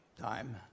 time